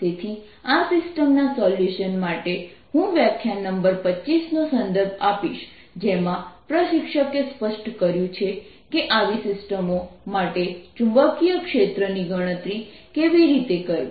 તેથી આ સિસ્ટમના સોલ્યુશન માટે હું વ્યાખ્યાન નંબર 25 નો સંદર્ભ આપીશ જેમાં પ્રશિક્ષકે સ્પષ્ટ કહ્યું છે કે આવી સિસ્ટમો માટે ચુંબકીય ક્ષેત્ર ની ગણતરી કેવી રીતે કરવી